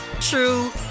true